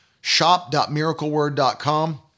Shop.MiracleWord.com